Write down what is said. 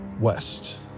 West